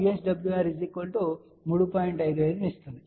55 విలువను ఇస్తుంది